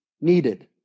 needed